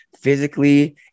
physically